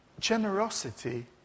generosity